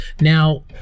Now